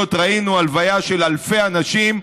בהתחייבויות ראינו, הלוויה של אלפי אנשים.